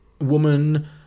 woman